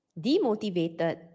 Demotivated